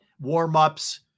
Warm-ups